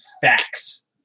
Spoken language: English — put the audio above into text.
facts